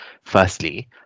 Firstly